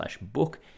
book